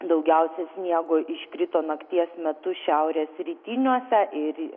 daugiausia sniego iškrito nakties metu šiaurės rytiniuose ir